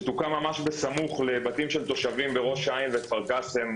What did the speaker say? שתוקם ממש בסמוך לבתים של תושבים בראש העין וכפר קאסם,